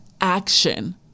action